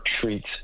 treats